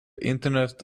internet